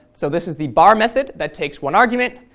so this is the bar method, that takes one argument,